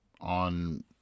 on